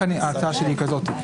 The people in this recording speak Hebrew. ההצעה שלי היא כזאת.